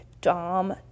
dom